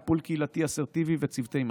טיפול קהילתי אסרטיבי וצוותי משבר.